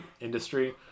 industry